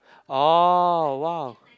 orh !wow!